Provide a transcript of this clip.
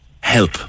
help